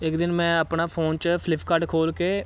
ਇਕ ਦਿਨ ਮੈਂ ਆਪਣਾ ਫੋਨ 'ਚ ਫਲਿਪਕਾਰਟ ਖੋਲ੍ਹ ਕੇ